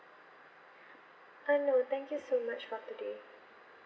ah no thank you so much for today